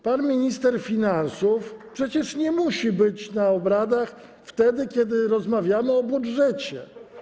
Pan minister finansów przecież nie musi być na obradach wtedy, kiedy rozmawiamy o budżecie.